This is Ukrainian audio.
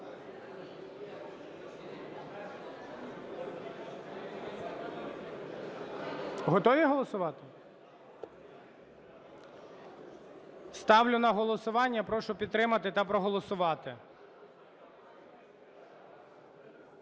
Готові голосувати? Ставлю на голосування, прошу підтримати та проголосувати.